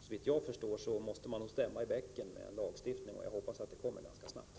Såvitt jag 41 förstår måste man stämma i bäcken genom att stifta en lag, och jag hoppas att det kommer en sådan ganska snart.